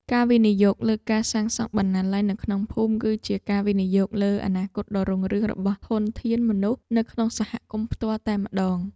ការវិនិយោគលើការសាងសង់បណ្ណាល័យនៅក្នុងភូមិ គឺជាការវិនិយោគលើអនាគតដ៏រុងរឿងរបស់ធនធានមនុស្សនៅក្នុងសហគមន៍ផ្ទាល់តែម្តង។